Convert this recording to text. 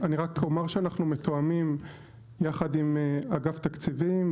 אני רק אומר שאנחנו מתואמים ביחד עם אגף תקציבים,